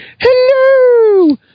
Hello